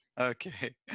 Okay